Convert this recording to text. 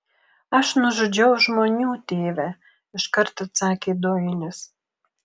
aš nužudžiau žmonių tėve iškart atsakė doilis